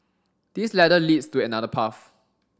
this ladder leads to another path